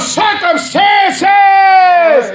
circumstances